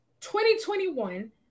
2021